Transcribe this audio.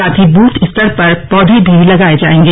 साथ ही बूथ स्तर पर पौधें भी लगाये जाएंगे